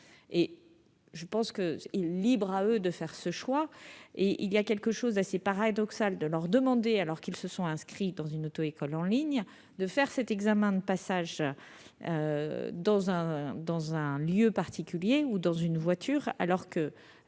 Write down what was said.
en ligne. Libre à eux de faire ce choix. Il est assez paradoxal de leur demander, alors qu'ils se sont inscrits dans une auto-école en ligne, de réaliser cet examen de passage dans un lieu particulier ou dans une voiture, alors que